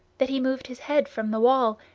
that he moved his head from the wall,